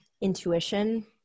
intuition